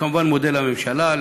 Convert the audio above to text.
וכמובן מודה לממשלה,